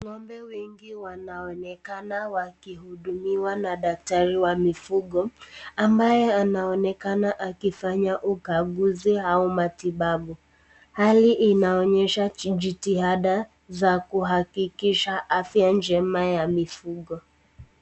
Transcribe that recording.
Ng'ombe wengi wanaonekana wakihudumiwa na daktari wa mifugo, ambaye anaonekana akifanya ukaguzi au matibabu, hali inaonyesha jitihada za kuhakikisha afya njema ya mifugo.